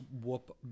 whoop